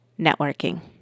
networking